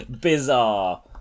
bizarre